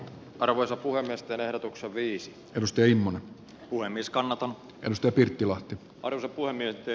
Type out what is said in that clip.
arvoisa puhemies ja verotuksen viis kalusteimman kuulemiskannat on este pirttilahti arto puolanne ette